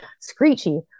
screechy